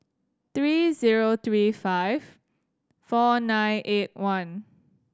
three zero three five four nine eight one